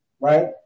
Right